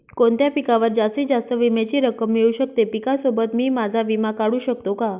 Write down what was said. कोणत्या पिकावर जास्तीत जास्त विम्याची रक्कम मिळू शकते? पिकासोबत मी माझा विमा काढू शकतो का?